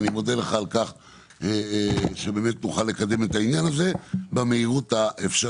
ואני מאוד מודה לך שנקדם את העניין הזה במהירות האפשרית.